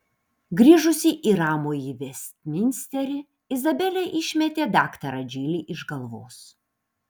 grįžusi į ramųjį vestminsterį izabelė išmetė daktarą džilį iš galvos